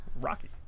rocky